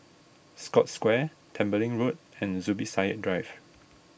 Scotts Square Tembeling Road and Zubir Said Drive